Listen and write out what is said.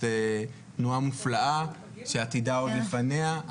זאת תנועה מופלאה שעתידה עוד לפניה.